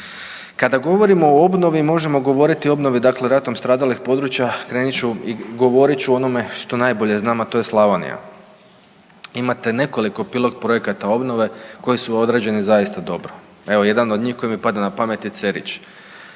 Kada govorimo o obnovi možemo govoriti o obnovi dakle ratom stradalih područja. Krenut ću i govorit ću o onome što najbolje znam, a to je Slavonija. Imate nekoliko pilot projekata obnove koji su odrađeni zaista dobro. Evo jedan od njih koji mi pada na pamet je Cerić,